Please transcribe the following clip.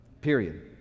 period